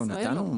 בישראל?